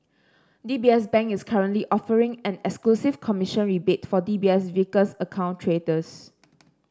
D B S Bank is currently offering an exclusive commission rebate for D B S Vickers account traders